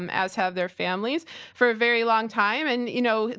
um as have their families for a very long time, and you know,